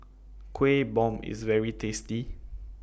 Kueh Bom IS very tasty